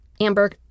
Amber